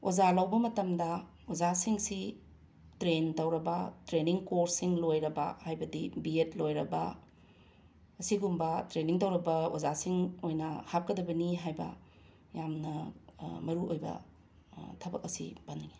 ꯑꯣꯖꯥ ꯂꯧꯕ ꯃꯇꯝꯗ ꯑꯣꯖꯥꯁꯤꯡꯁꯤ ꯇ꯭ꯔꯦꯟ ꯇꯧꯔꯕ ꯇ꯭ꯔꯦꯅꯤꯡ ꯀꯣꯔꯁꯁꯤꯡ ꯂꯣꯏꯔꯕ ꯍꯥꯏꯕꯗꯤ ꯕꯤ ꯑꯦꯗ ꯂꯣꯏꯔꯕ ꯑꯁꯤꯒꯨꯝꯕ ꯇ꯭ꯔꯦꯅꯤꯡ ꯇꯧꯔꯕ ꯑꯣꯖꯥꯁꯤꯡ ꯑꯣꯏꯅ ꯍꯥꯞꯀꯗꯕꯅꯤ ꯍꯥꯏꯕ ꯌꯥꯝꯅ ꯃꯔꯨ ꯑꯣꯏꯕ ꯊꯕꯛ ꯑꯁꯤ ꯄꯟꯅꯤꯡꯉꯦ